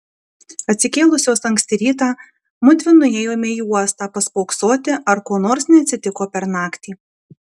atsikėlusios anksti rytą mudvi nuėjome į uostą paspoksoti ar ko nors neatsitiko per naktį